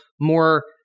more